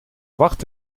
wacht